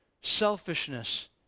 selfishness